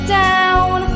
down